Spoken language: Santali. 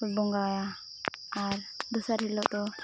ᱵᱚᱸᱜᱟᱭᱟ ᱟᱨ ᱫᱚᱥᱟᱨ ᱦᱤᱞᱳᱜ ᱫᱚ